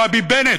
או הביבנט,